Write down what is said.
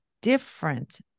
different